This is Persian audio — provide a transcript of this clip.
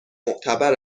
معتبر